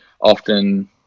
often